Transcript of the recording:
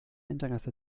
interesse